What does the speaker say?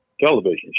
television